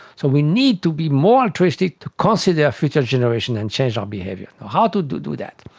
so we need to be more altruistic to consider future generations and change our behaviour. how to do do that?